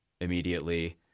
immediately